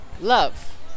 love